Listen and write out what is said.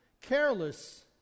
careless